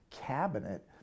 cabinet